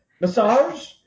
massage